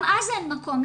גם אז אין מקום,